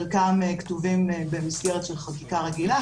חלקם כתובים במסגרת של חקיקה רגילה,